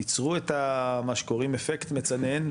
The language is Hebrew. תיצרו את מה שקוראים אפקט מצנן,